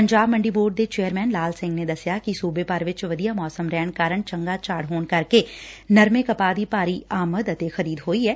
ਪੰਜਾਬ ਮੰਡੀ ਬੋਰਡ ਦੇ ਚੇਅਰਮੈਨ ਲਾਲ ਸਿੰਘ ਨੇ ਦਸਿਆ ਕਿ ਸੁਬੇ ਭਰ ਚ ਵਧੀਆ ਮੌਸਮ ਰਹਿਣ ਕਾਰਨ ਚੰਗਾ ਝਾੜ ਹੋਣ ਕਰਕੇ ਨਰਮੇ ਕਪਾਹ ਦੀ ਭਾਰੀ ਆਮਦ ਅਤੇ ਖਰੀਦ ਹੋਣੀ ਐ